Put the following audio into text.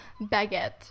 baguette